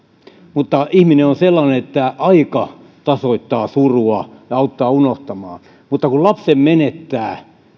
mutta ihminen on sellainen että aika tasoittaa surua ja auttaa unohtamaan mutta kun lapsen menettää